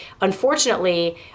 unfortunately